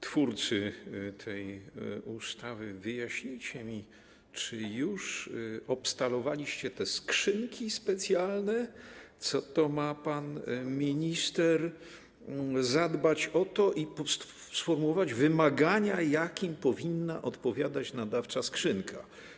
Twórcy tej ustawy, wyjaśnijcie mi, czy już obstalowaliście te skrzynki specjalne, o które pan minister ma zadbać i sformułować wymagania, jakim powinna odpowiadać nadawcza skrzynka?